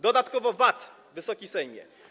Dodatkowo VAT, Wysoki Sejmie.